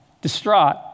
Distraught